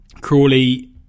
Crawley